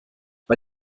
bei